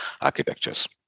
architectures